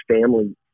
family